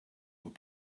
were